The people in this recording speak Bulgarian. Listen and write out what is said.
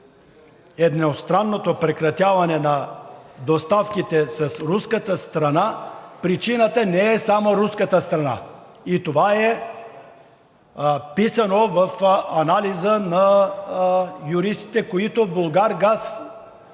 едностранното прекратяване на доставките с руската страна причината не е само руската страна. И това е писано в анализа на юристите, които „Булгаргаз“